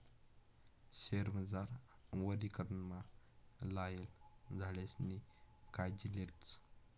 शयेरमझार वनीकरणमा लायेल झाडेसनी कायजी लेतस